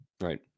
Right